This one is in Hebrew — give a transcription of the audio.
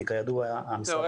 כי כידוע האגף הזה עבר.